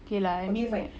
okay lah I mean